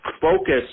focus